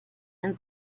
ein